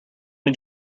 did